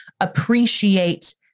appreciate